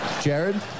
Jared